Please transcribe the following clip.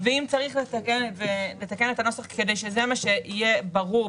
ואם צריך לתקן את הנוסח כדי שזה יהיה ברור,